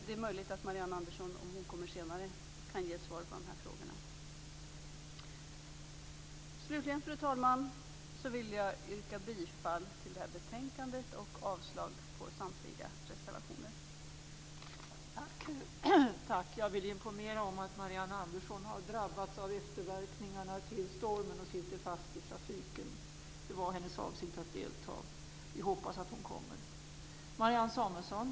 Det är möjligt att Marianne Andersson, om hon kommer hit senare, kan ge ett svar på de här frågorna. Slutligen, fru talman, vill jag yrka bifall till utskottets hemställan och avslag på samtliga reservationer.